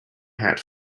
hat